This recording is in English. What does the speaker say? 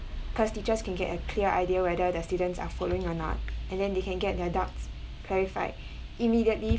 cause teachers can get a clear idea whether their students are following or not and then they can get their doubts clarified immediately